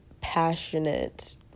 passionate